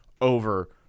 over